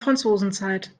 franzosenzeit